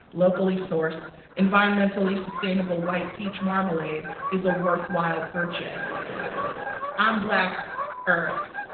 locally sourced, environmentally sustainable white peach marmalade is a worthwhile purchase i'm black earth